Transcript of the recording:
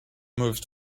moved